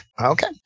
okay